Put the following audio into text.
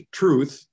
truth